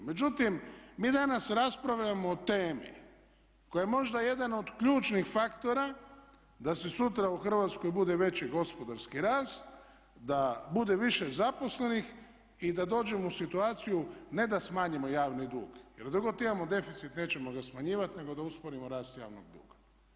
Međutim, mi danas raspravljamo o temi koja je možda jedan od ključnih faktora da se sutra u Hrvatskoj bude veći gospodarski rast, da bude više zaposlenih i da dođemo u situaciju ne da smanjimo javni dug, jer dok god imamo deficit nećemo ga smanjivati nego da usporimo rast javnog duga.